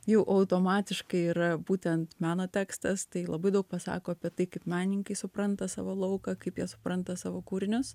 jau automatiškai yra būtent meno tekstas tai labai daug pasako apie tai kaip menininkai supranta savo lauką kaip jie supranta savo kūrinius